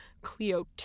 Cleo